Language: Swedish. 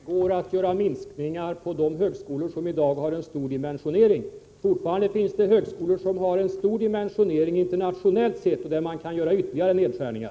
Herr talman! Det går att göra minskningar på de högskolor som i dag har en stor dimensionering. Fortfarande finns det högskolor som har en stor dimensionering internationellt sett, och där kan man göra ytterligare nedskärningar.